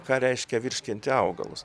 ką reiškia virškinti augalus